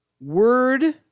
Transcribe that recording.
Word